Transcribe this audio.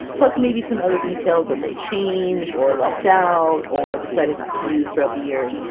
plus maybe some other details that they changed or left out or decided not to use throughout the years.